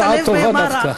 הצעה טובה דווקא.